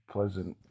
Pleasant